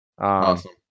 Awesome